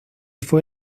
fue